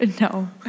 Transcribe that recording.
No